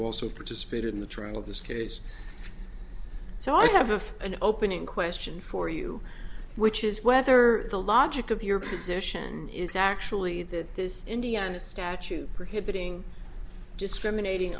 also participated in the trial of this case so i have an opening question for you which is whether the logic of your position is actually that this indiana statute prohibiting discriminating